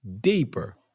deeper